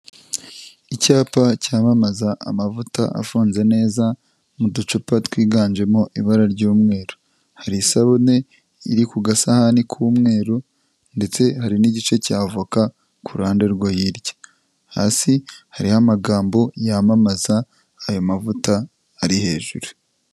Icyapa cyamamaza amavuta afunze neza mu ducupa twiganjemo ibara ry'umweru, hari isabune iri ku gasahani k'umweru ndetse hari n'igice cy'avoka kuru ruhande rwa hirya, hasi hariho amagambo yamamaza ayo mavuta ari hejuru.